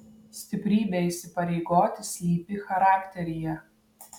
stiprybė įsipareigoti slypi charakteryje